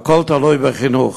והכול תלוי בחינוך.